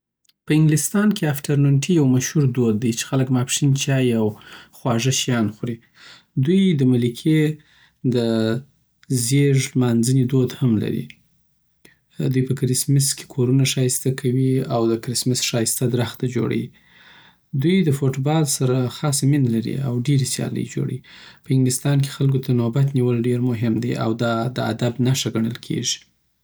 په انګلستان کی افټرنون ټی یو مشهوره دود دی چی خلک ماسپښین چای او خوږ شیان خوري. دوی د ملکې د زیږو د لمانځنی دود هم لری دوی په کرسمس کی کورونه ښایسته کوی او دکرسمس ښایسته درخته جوړوی دوی د فوتبال سره خاصه مینه لري او ډیري سیالۍ جوړیی په انګلستان کی خلکو ته نوبت نیول ډېر مهم دی او دا د ادب نښه ګڼل کیږي.